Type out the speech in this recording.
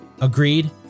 agreed